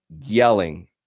yelling